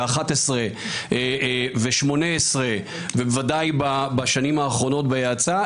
ב- 2011 ו- 2018 ובוודאי בשנים האחרונות בהאצה,